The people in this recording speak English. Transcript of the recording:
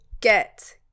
get